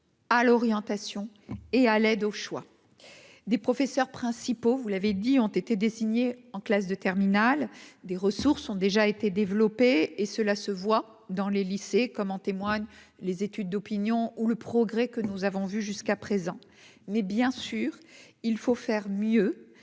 à l'orientation et à l'aide au choix des professeurs principaux, vous l'avez dit, ont été désignés en classe de terminale des ressources ont déjà été développés et cela se voit dans les lycées, comme en témoignent les études d'opinion ou le progrès que nous avons vu jusqu'à présent, mais bien sûr, il faut faire mieux